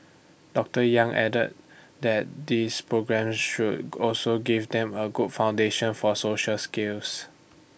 doctor yang added that these programmes should also give them A good foundation for social skills